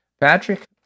Patrick